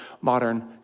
modern